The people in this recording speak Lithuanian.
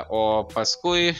o paskui